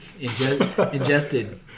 Ingested